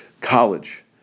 college